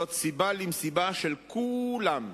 זאת סיבה למסיבה של כולם: